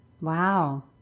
wow